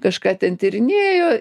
kažką ten tyrinėjo